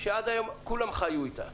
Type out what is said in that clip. שעד היום כולם חיו איתה.